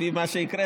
לפי מה שקראת.